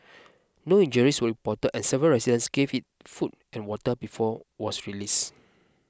no injuries were reported and several residents gave it food and water before was release